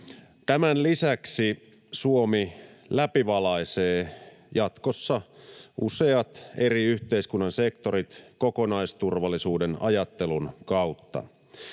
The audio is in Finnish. Tämän lisäksi Suomi läpivalaisee jatkossa useat eri yhteiskunnan sektorit kokonaisturvallisuuden ajattelun kautta.